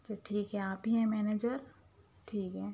جی ٹھیک ہے آپ ہی ہیں منیجر ٹھیک ہے